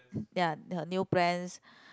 ya her new plans